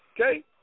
okay